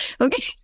Okay